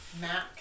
Mac